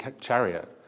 chariot